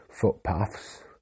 footpaths